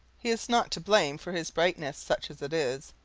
he is not to blame for his brightness, such as it is,